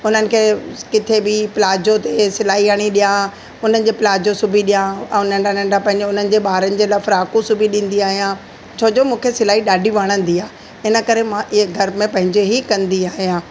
हुननि खे किथे बि प्लाजो ते सिलाई हणी ॾियां उन्हनि जे प्लाजो सिबी ॾियां ऐं नंढा नंढा पंहिंजो उन्हनि जे ॿारनि जे लाइ फ्राकूं सिबी ॾींदी आहियां छोजो मूंखे सिलाई ॾाढी वणंदी आहे इन करे मां इहे घर में पंहिंजे ई कंदी आहियां